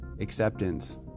acceptance